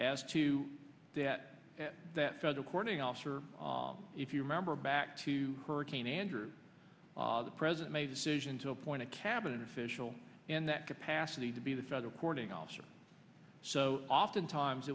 as to that that judge according officer if you remember back to hurricane andrew the president made a decision to appoint a cabinet official in that capacity to be the federal corning officer so oftentimes